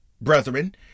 brethren